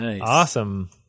awesome